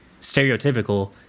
stereotypical